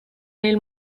nel